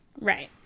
right